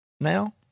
now